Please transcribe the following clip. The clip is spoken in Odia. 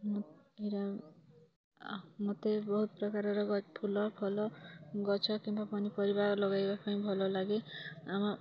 ମୋତେ ବହୁତ ପ୍ରକାରର ଗ ଫୁଲ ଫଳ ଗଛ କିମ୍ବା ପନିପରିବା ଲଗାଇବା ପାଇଁ ଭଲ ଲାଗେ